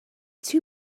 too